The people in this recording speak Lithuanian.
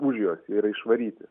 už jos jie yra išvaryti